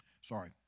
sorry